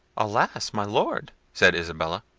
alas, my lord! said isabella,